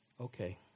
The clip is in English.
Okay